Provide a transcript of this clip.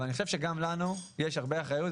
אבל אני חושב שגם לנו יש הרבה אחריות,